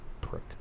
prick